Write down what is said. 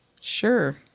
sure